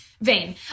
Vain